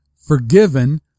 forgiven